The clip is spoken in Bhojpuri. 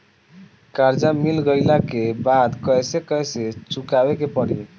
कर्जा मिल गईला के बाद कैसे कैसे चुकावे के पड़ी?